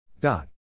Dot